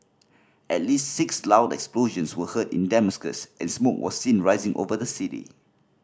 at least six loud explosions were heard in Damascus and smoke was seen rising over the city